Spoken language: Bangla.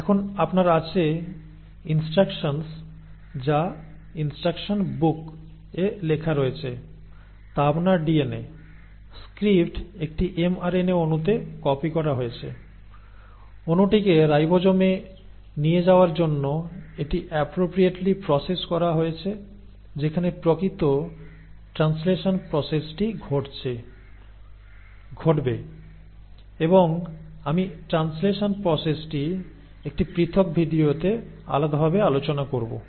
এখন আপনার আছে ইনস্ট্রাকশনস যা ইনস্ট্রাকশন বুক এ লেখা রয়েছে তা আপনার ডিএনএ স্ক্রিপ্ট একটি এমআরএনএ অণুতে কপি করা হয়েছে অণুটিকে রাইবোজোমে নিয়ে যাওয়ার জন্য এটি এপ্রোপ্রিয়েটলি প্রসেস করা হয়েছে যেখানে প্রকৃত ট্রান্সলেশন প্রসেসটি ঘটবে এবং আমি ট্রান্সলেশন প্রসেসটি একটি পৃথক ভিডিওতে আলাদাভাবে আলোচনা করব